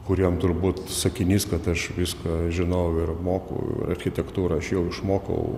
kuriem turbūt sakinys kad aš viską žinau ir moku ir architektūrą aš jau išmokau